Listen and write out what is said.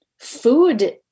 food